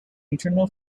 internal